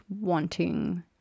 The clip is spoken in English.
wanting